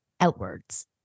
outwards